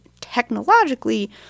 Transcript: technologically